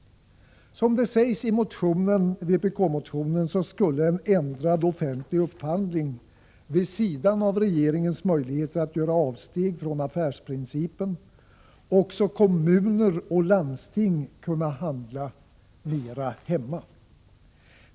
Som det sägs i vpk-motionen skulle en förändring av offentlig upphandling, vid sidan av regeringens möjligheter att göra avsteg från affärsprincipen, ge till resultat att också kommuner och landsting skulle kunna handla mera hemma.